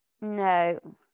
No